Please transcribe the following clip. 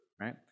right